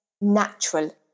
natural